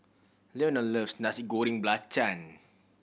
Leonel loves Nasi Goreng Belacan